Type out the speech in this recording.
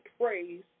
praise